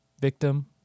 victim